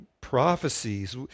prophecies